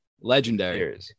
Legendary